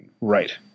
Right